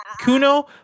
kuno